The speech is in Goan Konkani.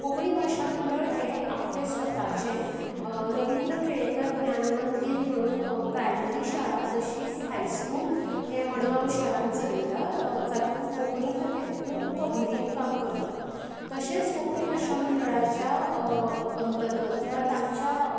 कोंकणी भाशा मंडळ हें आपलें स्वताचें रविंन्द्र केळेकार ज्ञान मंदीर म्हणून प्रायमरी शाळा तशीच हायस्कूल हें मडगांव शारांत चलयता जातून कोंकणी खातीर खूब भरीव काम करता तशेंच कोंकणी भाशा मंडळाच्या अंतरगत किंवां तांच्या